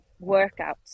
workouts